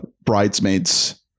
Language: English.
bridesmaids